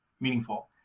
meaningful